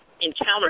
encounter